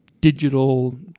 digital